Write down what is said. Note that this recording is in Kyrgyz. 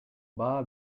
баа